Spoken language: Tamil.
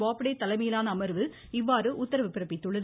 பாப்டே தலைமையிலான அமர்வு இவ்வாறு உத்தரவு பிறப்பித்துள்ளது